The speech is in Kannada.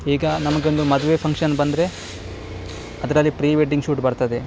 ಈಗ ನಮಗೊಂದು ಮದುವೆ ಫಂಕ್ಷನ್ ಬಂದರೆ ಅದರಲ್ಲಿ ಪ್ರೀ ವೆಡ್ಡಿಂಗ್ ಶೂಟ್ ಬರ್ತದೆ